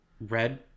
Red